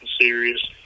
serious